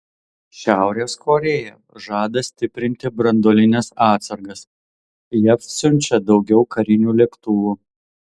šiaurės korėja žada stiprinti branduolines atsargas jav siunčia daugiau karinių lėktuvų